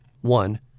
one